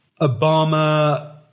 Obama